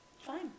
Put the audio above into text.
Fine